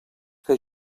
que